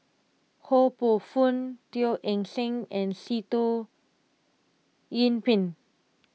Ho Poh Fun Teo Eng Seng and Sitoh Yih Pin